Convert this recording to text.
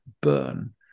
burn